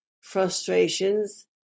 frustrations